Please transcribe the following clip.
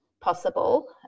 possible